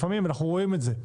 לפעמים אנחנו רואים את זה.